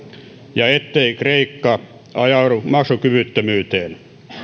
ja ettei kreikka ajaudu maksukyvyttömyyteen